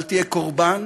אל תהיה קורבן,